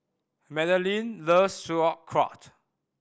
Magdalene loves Sauerkraut